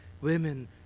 Women